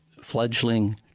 fledgling